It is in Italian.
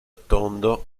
tondo